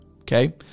okay